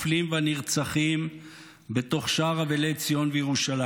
והנרצחים בתוך שאר אבלי ציון וירושלים,